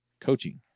coaching